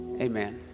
Amen